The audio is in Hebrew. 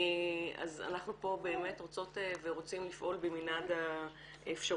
אז אנחנו פה באמת רוצות ורוצים לפעול במנעד האפשרויות.